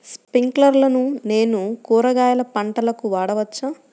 స్ప్రింక్లర్లను నేను కూరగాయల పంటలకు వాడవచ్చా?